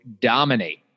dominate